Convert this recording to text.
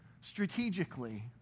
strategically